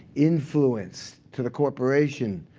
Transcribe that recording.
influence to the corporation,